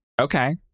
Okay